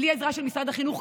בלי עזרה של משרד החינוך,